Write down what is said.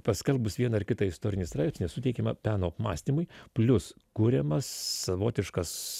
paskelbus vieną ar kitą istorinį straipsnį suteikiama peno apmąstymui plius kuriamas savotiškas